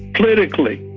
politically,